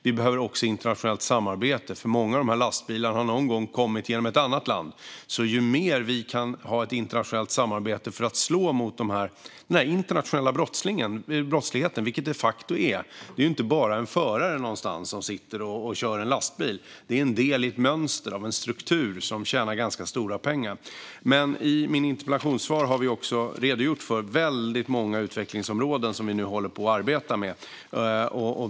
Vi behöver också ett internationellt samarbete, eftersom många av dessa lastbilar har någon kommit genom ett annat land. Vi behöver ha mer internationellt samarbete för att slå mot denna internationella brottslighet, vilket den de facto är. Det är inte bara en förare någonstans som kör en lastbil, det är en del i ett mönster av en struktur som tjänar ganska stora pengar. Men i mitt interpellationssvar har jag också redogjort för väldigt många utvecklingsområden som vi nu håller på att arbeta med.